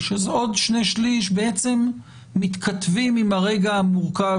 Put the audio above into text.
אז עוד שני שליש בעצם מתכתבים עם הרגע המורכב